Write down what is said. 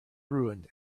ruined